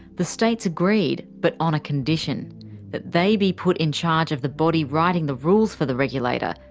the states agreed, but on a condition that they be put in charge of the body writing the rules for the regulator,